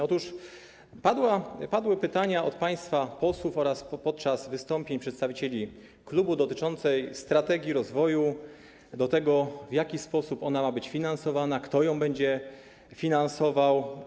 Otóż padły pytania państwa posłów oraz podczas wystąpień przedstawicieli klubów dotyczące strategii rozwoju, tego, w jaki sposób ma być ona finansowana, kto ją będzie finansował.